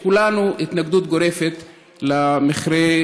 לכולנו התנגדות גורפת למכרה,